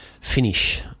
finish